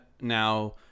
now